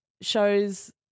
shows